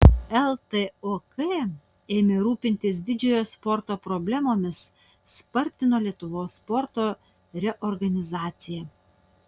ltok ėmė rūpintis didžiojo sporto problemomis spartino lietuvos sporto reorganizaciją